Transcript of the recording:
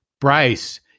Bryce